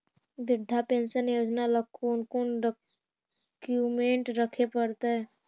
वृद्धा पेंसन योजना ल कोन कोन डाउकमेंट रखे पड़तै?